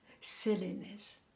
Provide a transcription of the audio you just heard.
silliness